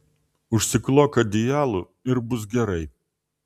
užsiklok adijalu ir bus gerai